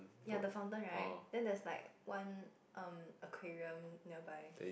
ya the fountain right then there is like one um aquarium nearby